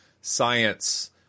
science